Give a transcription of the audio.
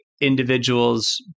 individuals